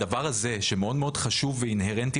הדבר הזה שמאוד מאוד חשוב ואינהרנטי